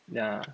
yeah